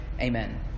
Amen